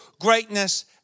greatness